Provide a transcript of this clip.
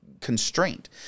constraint